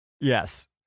yes